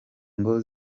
ngo